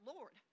Lord